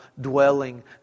dwelling